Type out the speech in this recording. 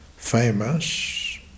famous